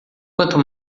quanto